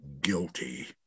guilty